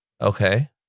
Okay